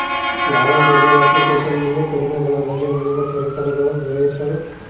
ಯಾವ mobile application ನಲ್ಲಿ ಕಡಿಮೆ ದರದಲ್ಲಿ ನನಗೆ ಪರಿಕರಗಳು ದೊರೆಯುತ್ತವೆ?